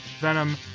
Venom